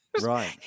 Right